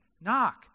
Knock